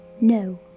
No